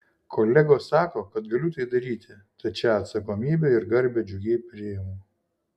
kolegos sako kad galiu tai daryti tad šią atsakomybę ir garbę džiugiai priimu